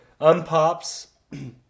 Unpops